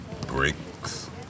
bricks